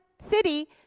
city